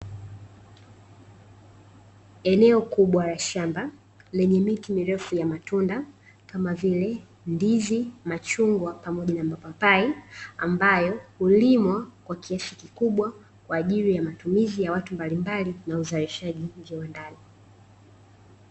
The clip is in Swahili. Eneo kubwa la shamba, lenye miti mirefu ya matunda, kama vile; ndizi, machungwa pamoja na mapapai, ambayo hulimwa kwa kiasi kikubwa kwa ajili ya matumizi ya watu mbalimbali na uzalishaji viwandani.